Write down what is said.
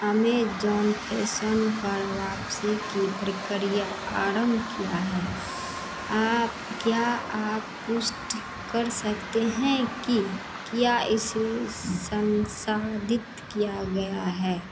Amazon fashion पर वापसी की प्रक्रिया आरंभ किया है आप क्या आप पुष्टि कर सकते हैं कि क्या इसे संसाधित किया गया है